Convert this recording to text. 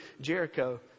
Jericho